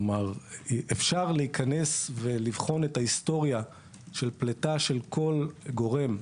אפשר להיכנס ולבחון את ההיסטוריה של פליטה של כל גורם,